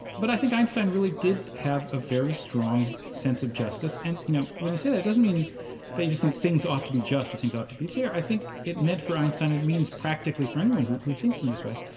but i think einstein really did have a very strong sense of justice. and, you know, when you say that it doesn't mean that you just think things ought to be just or things ought to be fair, i think it meant for einstein and it means practically for anyone who who thinks in this way,